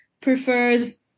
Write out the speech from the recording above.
prefers